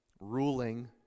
ruling